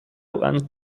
and